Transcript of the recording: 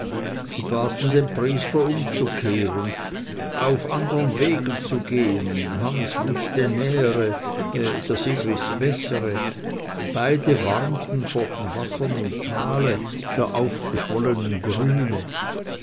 sie baten den priester umzukehren auf andern wegen zu gehen hans wußte nähere der sigrist bessere beide warnten vor den wassern im tale der aufgeschwollenen grüne